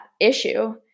issue